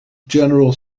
general